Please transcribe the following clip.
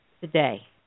today